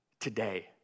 today